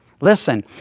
Listen